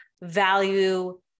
value